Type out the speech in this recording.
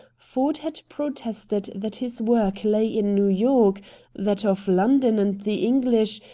ford had protested that his work lay in new york that of london and the english,